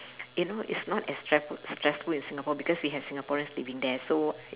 you know is not as stressful stressful in singapore because we have singaporeans living there so